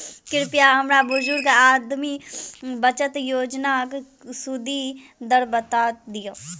कृपया हमरा बुजुर्ग आदमी बचत योजनाक सुदि दर बता दियऽ